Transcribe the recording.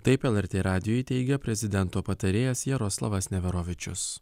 taip lrt radijui teigė prezidento patarėjas jaroslavas neverovičius